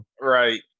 Right